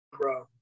bro